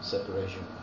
Separation